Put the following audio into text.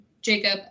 Jacob